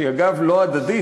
שהיא אגב לא הדדית,